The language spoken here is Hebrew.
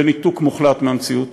בניתוק מוחלט מהמציאות,